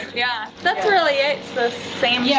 yeah that's really it, the same. yeah